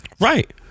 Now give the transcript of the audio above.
right